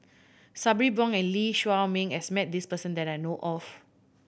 Sabri Buang and Lee Shao Meng has met this person that I know of